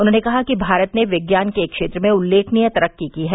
उन्होंने कहा कि भारत ने विज्ञान के क्षेत्र में उल्लेखनीय तरक्की की है